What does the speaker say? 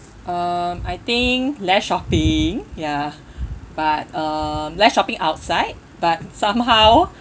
um I think less shopping ya but um less shopping outside but somehow